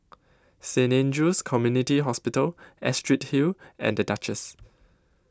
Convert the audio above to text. Saint Andrew's Community Hospital Astrid Hill and The Duchess